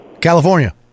California